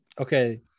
Okay